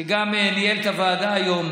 שגם ניהל את הוועדה היום,